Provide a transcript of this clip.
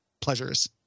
pleasures